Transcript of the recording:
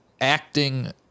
acting